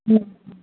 ம் ம்